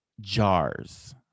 jars